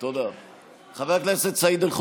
אתה לא תוריד אותי.